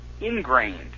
ingrained